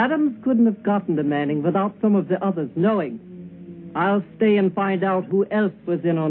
adam couldn't have gotten the manning without some of the others knowing i'll stay and find out who else was in